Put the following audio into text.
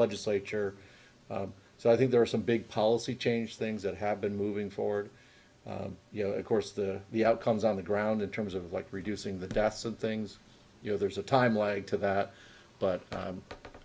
legislature so i think there are some big policy change things that have been moving forward you know of course that the outcomes on the ground in terms of like reducing the deaths and things you know there's a time lag to that but